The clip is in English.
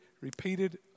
repeated